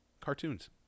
cartoons